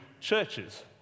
churches